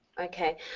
Okay